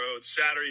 Saturday